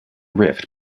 rift